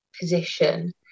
position